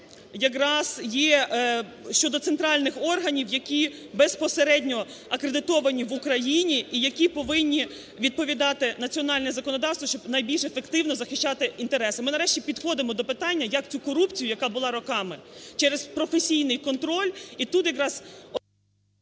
якраз є щодо центральних органів, які безпосередньо акредитовані в Україні і які повинні відповідати національне законодавство, щоб найбільш ефективно захищати інтереси. Ми нарешті підходимо до питання як цю корупцію, яка була роками, через професійний контроль і тут якраз…